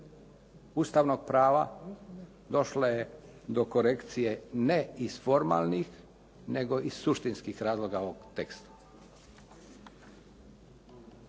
Ustavnog prava došlo je do korekcije ne iz formalnih, nego iz suštinskih razloga ovog teksta.